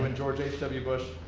um and george h w. bush,